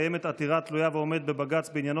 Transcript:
קיימת עתירה תלויה ועומדת בבג"ץ בעניינו